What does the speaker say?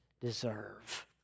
deserve